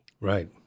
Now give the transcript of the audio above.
Right